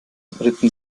ritten